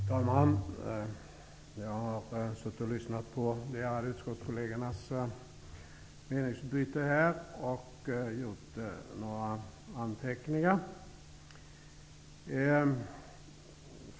Fru talman! Jag har suttit och lyssnat på de ärade utskottskollegernas meningsutbyte och gjort några anteckningar.